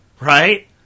Right